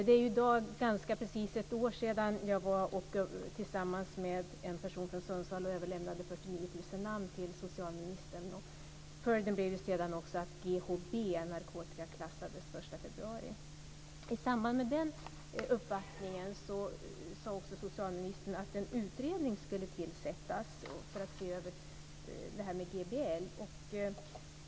Det är i dag ganska precis ett år sedan som jag tillsammans med en person från Sundsvall överlämnade 49 000 namn till socialministern. Följden blev att GHB narkotikaklassades den 1 februari. I samband med den uppvaktningen sade socialministern att det skulle tillsättas en utredning för att se över frågan om GBL.